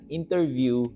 interview